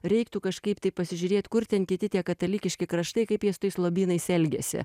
reiktų kažkaip tai pasižiūrėt kur ten kiti tie katalikiški kraštai kaip jie su tais lobynais elgiasi